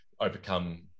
overcome